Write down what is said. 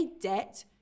debt